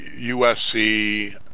USC